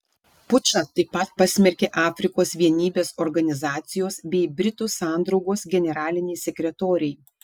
pučą taip pat pasmerkė afrikos vienybės organizacijos bei britų sandraugos generaliniai sekretoriai